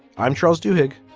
i'm charles dudek.